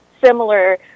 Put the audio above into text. similar